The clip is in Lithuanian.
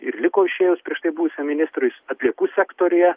ir liko išėjus prieš tai buvusiam ministrui atliekų sektoriuje